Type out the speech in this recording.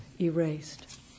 erased